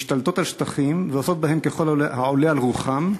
משתלטות על שטחים ועושות בהם ככל העולה על רוחן,